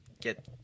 get